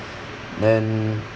then